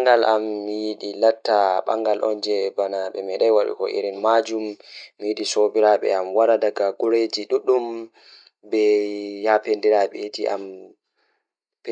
Njaarɗe am mawnde no ɗuum woni ko hoore e adunaaji. Miɗo yiɗi njikkee njappi ko e rewɓe e sawɗe majji, no waɗiima no aduno mi wallaande. Mi faala njidde ndeeɗo neɗɗo wuttirɗo e jamma, njogotaade e ɗuum ko maayo njiggita e heɗeji. Bimbi